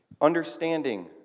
understanding